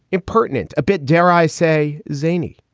impertinent a bit, dare i say zany.